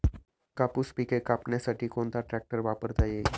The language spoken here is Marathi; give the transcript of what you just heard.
कापूस पिके कापण्यासाठी कोणता ट्रॅक्टर वापरता येईल?